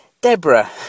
Deborah